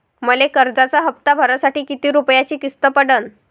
मले कर्जाचा हप्ता भरासाठी किती रूपयाची किस्त पडन?